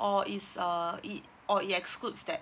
or is uh it or it excludes that